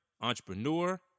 entrepreneur